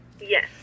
Yes